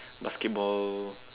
basketball